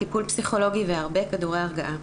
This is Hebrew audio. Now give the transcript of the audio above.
טיפול פסיכולוגי והרבה כדורי הרגעה.